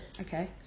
okay